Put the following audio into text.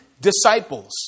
disciples